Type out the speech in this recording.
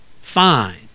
fine